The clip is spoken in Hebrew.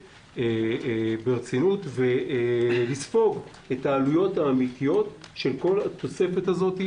ברצינות ולספוג את העלויות האמיתיות של התוספת הזאת,